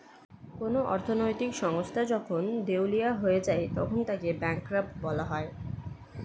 কোন অর্থনৈতিক সংস্থা যখন দেউলিয়া হয়ে যায় তখন তাকে ব্যাঙ্করাপ্ট বলা হয়